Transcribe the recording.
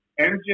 MJ